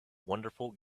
wonderful